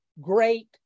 great